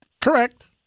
Correct